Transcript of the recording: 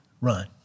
run